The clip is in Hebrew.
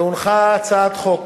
והונחה הצעת חוק